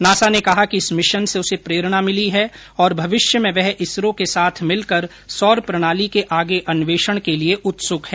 NASA ने कहा कि इस मिशन से उसे प्रेरणा मिली है और भविष्य में वह इसरो के साथ मिलकर सौर प्रणाली के आगे अन्वेषण के लिए उत्सुक है